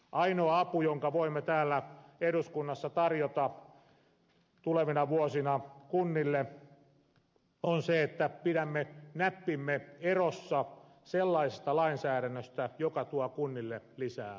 ainoa apu jonka voimme täällä eduskunnassa tarjota tulevina vuosina kunnille on se että pidämme näppimme erossa sellaisesta lainsäädännöstä joka tuo kunnille lisää velvoitteita